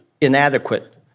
inadequate